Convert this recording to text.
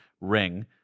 ring